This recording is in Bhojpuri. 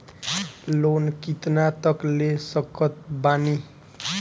लोन कितना तक ले सकत बानी?